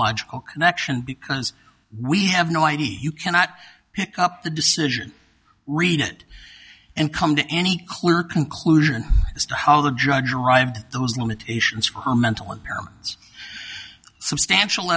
logical connection because we have no idea you cannot pick up the decision read it and come to any clearer conclusion as to how the judge arrived at those limitations for mental errands substantial